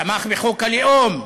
תמך בחוק הלאום,